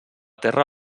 terra